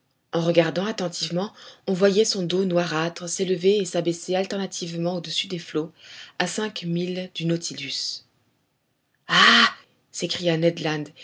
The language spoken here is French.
en regardant attentivement on voyait son dos noirâtre s'élever et s'abaisser alternativement au-dessus des flots à cinq milles du nautilus ah s'écria